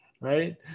right